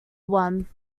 one